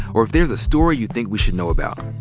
or if there's a story you think we should know about,